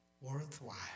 worthwhile